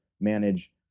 manage